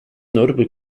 notable